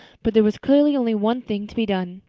but there was clearly only one thing to be done.